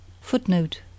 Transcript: Footnote